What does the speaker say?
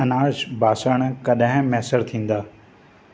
अनाज बासण कॾहिं मुयसरु थींदा